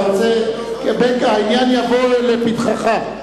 העניין יבוא לפתחך.